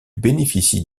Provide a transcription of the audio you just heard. bénéficie